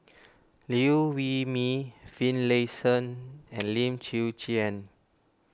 Liew Wee Mee Finlayson and Lim Chwee Chian